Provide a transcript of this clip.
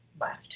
left